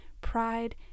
pride